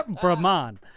Brahman